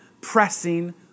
pressing